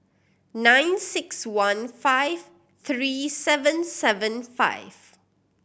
nine six one five three seven seven five